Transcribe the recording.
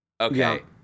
Okay